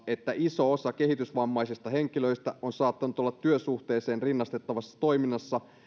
että iso osa kehitysvammaisista henkilöistä on saattanut olla työsuhteeseen rinnastettavassa toiminnassa